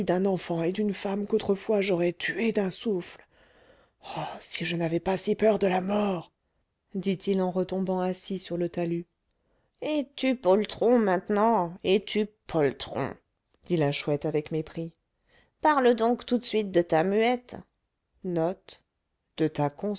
d'un enfant et d'une femme qu'autrefois j'aurais tués d'un souffle oh si je n'avais pas si peur de la mort dit-il en retombant assis sur le talus es-tu poltron maintenant es-tu poltron dit la chouette avec mépris parle donc tout de suite de ta muette